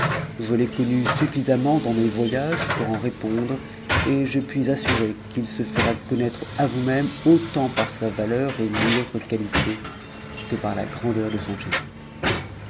je l'ai connu suffisamment dans mes voyages pour en répondre et je puis assurer qu'il se fera connaître i vous-mêmes autant par sa valeur et mille autres qualités que par la grandeur de son génie